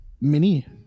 mini